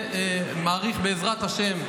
בעזרת השם,